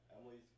Emily's